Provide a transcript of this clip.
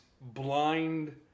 blind